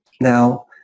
now